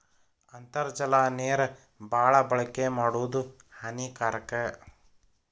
ಅಂತರ್ಜಲ ನೇರ ಬಾಳ ಬಳಕೆ ಮಾಡುದು ಹಾನಿಕಾರಕ